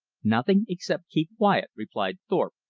nothing except keep quiet, replied thorpe,